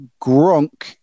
Gronk